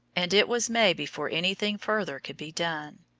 and it was may before anything further could be done.